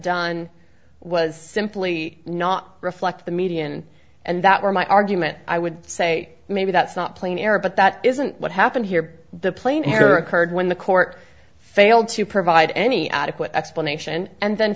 done was simply not reflect the median and that were my argument i would say maybe that's not plain error but that isn't what happened here the plain error occurred when the court failed to provide any adequate explanation and then